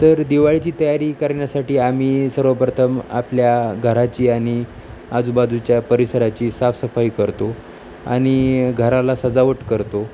तर दिवाळीची तयारी करण्यासाठी आम्ही सर्वप्रथम आपल्या घराची आणि आजूबाजूच्या परिसराची साफसफाई करतो आणि घराला सजावट करतो